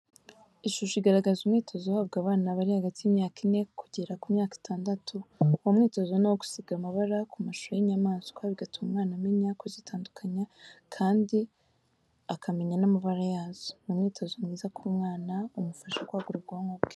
Ishusho igaragaza umwitozo uhabwa abana bari hagati y'imyaka ine kugera ku myaka itandatu, uwo mwitozo ni uwo gusiga amabara ku mashusho y'inyamaswa, bigatuma umwana amenya kuzitandukanya kandi akamenya n'amabara yazo. ni umwitozo mwiza ku mwana, umufasha kwagura ubwonko bwe.